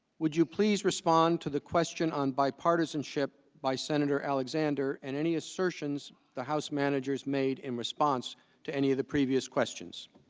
would you please respond to that question on bipartisanship by senator alexander and any assertions the house managers made in response to any of the previous questions